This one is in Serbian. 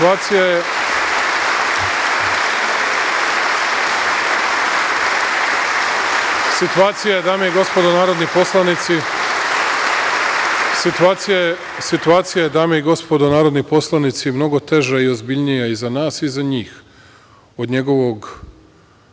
aplauz).Situacija je, dame i gospodo narodni poslanici, mnogo teža i ozbiljnija i za nas i za njih, od njegovog